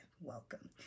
Welcome